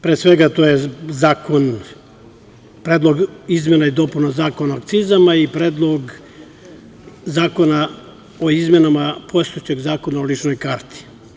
Pre svega, to je Predlog izmena i dopuna Zakona o akcizama i Predlog zakona o izmenama postojećeg Zakona o ličnoj karti.